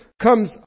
comes